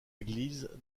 église